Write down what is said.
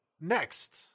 next